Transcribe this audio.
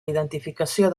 identificació